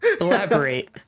Elaborate